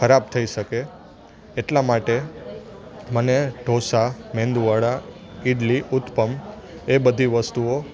ખરાબ થઈ શકે એટલા માટે મને ઢોંસા મેંદવડા ઇડલી ઉત્તપમ એ બધી વસ્તુઓ